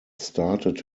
started